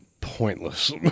pointless